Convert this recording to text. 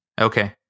Okay